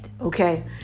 okay